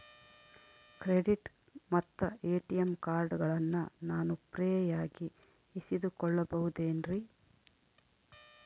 Credit ಮತ್ತ ATM ಕಾರ್ಡಗಳನ್ನ ನಾನು ಫ್ರೇಯಾಗಿ ಇಸಿದುಕೊಳ್ಳಬಹುದೇನ್ರಿ?